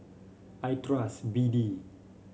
I trust B D